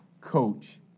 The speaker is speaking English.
Coach